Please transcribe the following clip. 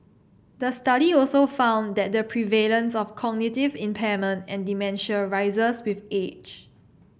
the study also found that the prevalence of cognitive impairment and dementia rises with age